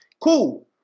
Cool